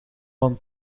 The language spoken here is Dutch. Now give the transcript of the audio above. van